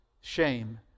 shame